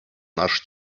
наш